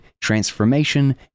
transformation